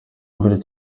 mbere